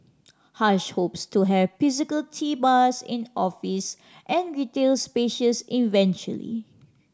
hush hopes to have physical tea bars in offices and retail spaces eventually